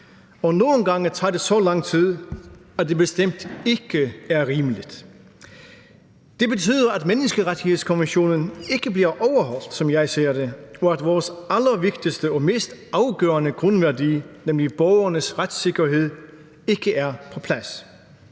Og nogle gange tager det så lang tid, at det bestemt ikke er rimeligt. Det betyder, at menneskerettighedskonventionen ikke bliver overholdt, som jeg ser det, og at vores allervigtigste og mest afgørende grundværdi, nemlig borgernes retssikkerhed, ikke er på plads.